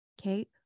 Okay